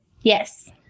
Yes